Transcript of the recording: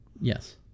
yes